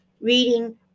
reading